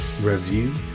review